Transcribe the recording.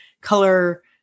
color